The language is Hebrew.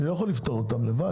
אני לא יכול לפתור את הבעיות לבד,